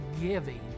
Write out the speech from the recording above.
giving